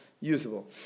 usable